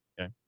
Okay